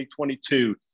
2022